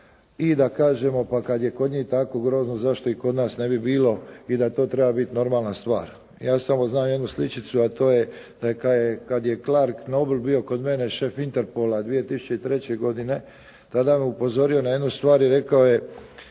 i da kažemo pa kad je kod njih tako grozno zašto i kod nas ne bi bilo i da to treba biti normalna stvar. Ja samo znam jednu sličicu, a to je da je Clark Nobl bio kod mene, šef interpola 2003. godine, tada me upozorio na jednu stvar i rekao je,